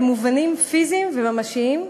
במובנים פיזיים וממשיים,